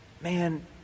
man